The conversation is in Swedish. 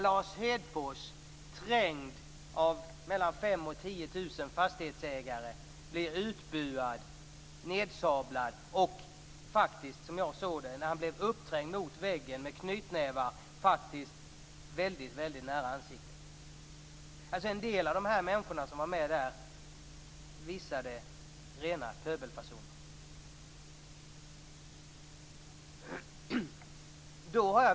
Lars Hedfors har blivit trängd av 5 000-10 000 fastighetsägare, utbuad och nedsablad. Han har blivit uppträngd mot väggen med knytnävar nära ansiktet. En del av dessa människor har visat rena pöbelfasoner.